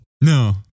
No